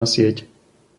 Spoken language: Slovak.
sieť